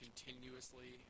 Continuously